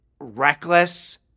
reckless